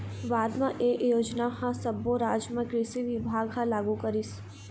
बाद म ए योजना ह सब्बो राज म कृषि बिभाग ह लागू करिस